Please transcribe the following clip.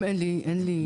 אין לי...